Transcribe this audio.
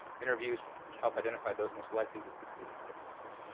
interviews help identify those most likely to succeed in medical school.